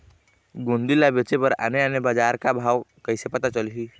गोंदली ला बेचे बर आने आने बजार का भाव कइसे पता चलही?